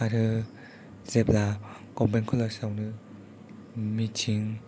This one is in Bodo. आरो जेब्ला गभार्मेन्ट कलेजावनो मिथिं